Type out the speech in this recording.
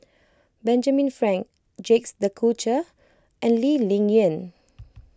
Benjamin Frank Jacques De Coutre and Lee Ling Yen